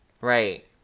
Right